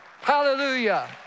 Hallelujah